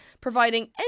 providing